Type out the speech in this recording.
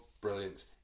brilliant